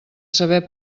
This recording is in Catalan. saber